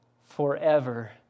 forever